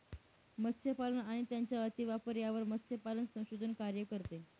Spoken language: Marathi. मत्स्यपालन आणि त्यांचा अतिवापर यावर मत्स्यपालन संशोधन कार्य करते